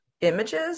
images